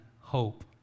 hope